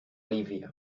libia